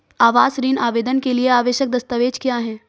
आवास ऋण आवेदन के लिए आवश्यक दस्तावेज़ क्या हैं?